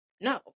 No